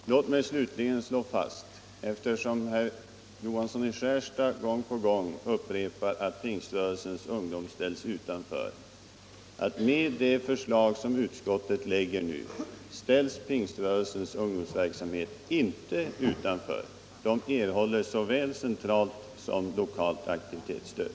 Herr talman! Låt mig slutligen slå fast, eftersom herr Johansson i Skärstad gång på gång upprepar att pingströrelsens ungdom ställs utanför, att med det förslag som utskottet nu lägger ställs pingströrelsens ungdomsverksamhet inte utanför. Den erhåller såväl centralt som lokalt stöd.